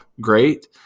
great